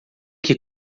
que